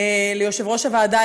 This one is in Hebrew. ליושב-ראש הוועדה,